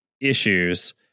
issues